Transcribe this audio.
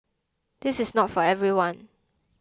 this is not for everyone